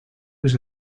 was